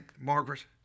Margaret